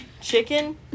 chicken